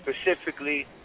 specifically